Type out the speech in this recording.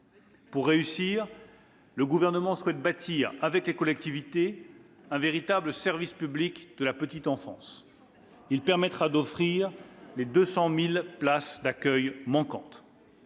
Pour réussir, le Gouvernement souhaite bâtir, avec les collectivités, un véritable service public de la petite enfance. Il permettra d'offrir les 200 000 places d'accueil manquantes.